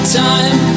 time